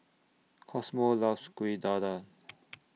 Cosmo loves Kueh Dadar